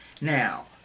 Now